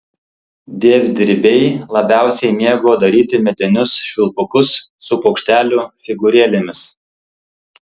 dievdirbiai labiausiai mėgo daryti medinius švilpukus su paukštelių figūrėlėmis